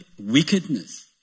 wickedness